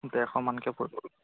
ডেৰশ মানকে পৰিবগৈ